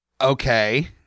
Okay